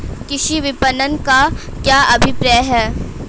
कृषि विपणन का क्या अभिप्राय है?